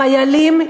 חיילים,